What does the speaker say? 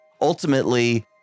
ultimately